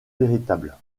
véritable